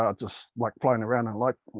ah just like flying around and like